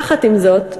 יחד עם זאת,